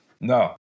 No